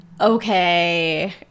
okay